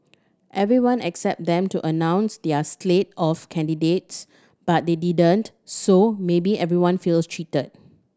everyone excepted them to announce their slate of candidates but they didn't so maybe everyone feels cheated